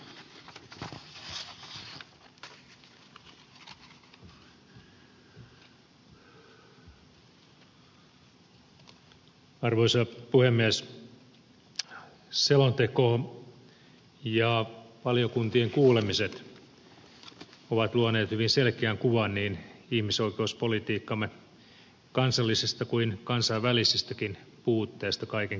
selonteko ja valiokuntien kuulemiset ovat luoneet hyvin selkeän kuvan niin ihmisoikeuspolitiikkamme kansallisista kuin kansainvälisistäkin puutteista kaiken kaikkiaan